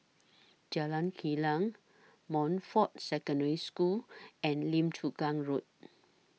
Jalan Kilang Montfort Secondary School and Lim Chu Kang Road